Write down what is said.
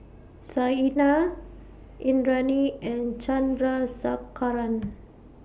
Saina Indranee and Chandrasekaran